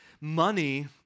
Money